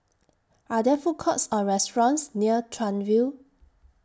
Are There Food Courts Or restaurants near Chuan View